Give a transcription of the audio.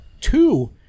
two